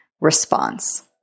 response